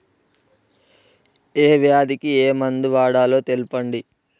ఏ వ్యాధి కి ఏ మందు వాడాలో తెల్పండి?